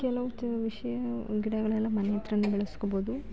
ಕೆಲವು ವಿಷಯ ಗಿಡಗಳೆಲ್ಲ ಮನೆ ಹತ್ರನೆ ಬೆಳೆಸ್ಕೊಳ್ಬೋದು